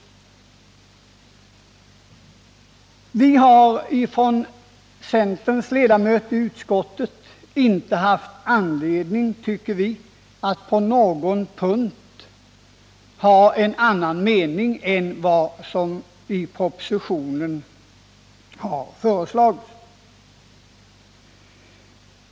Vi centerledamöter i utskottet tycker inte att vi har haft anledning att på någon punkt hysa annan mening än vad som i propositionen har föreslagits.